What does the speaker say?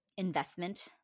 investment